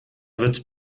wird